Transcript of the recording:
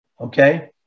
Okay